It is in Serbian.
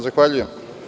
Zahvaljujem.